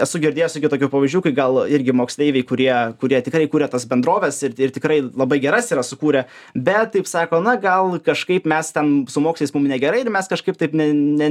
esu girdėjęs tokių tokių pavyzdžių kai gal irgi moksleiviai kurie kurie tikrai kuria tas bendroves ir ir tikrai labai geras yra sukūrę bet taip sako na gal kažkaip mes ten su mokslais mum negerai ir mes kažkaip taip ne ne